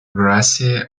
grassy